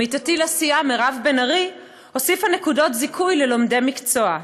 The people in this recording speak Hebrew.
עמיתתי לסיעה מירב בן ארי הוסיפה נקודות זיכוי ללומדי מקצוע,